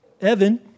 Evan